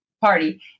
party